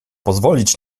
pozwolić